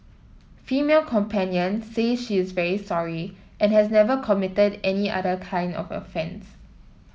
female companion say she is very sorry and has never committed any other kind of offence